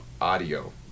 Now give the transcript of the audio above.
Audio